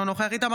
אינו נוכח אברהם